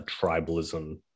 tribalism